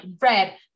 red